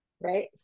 right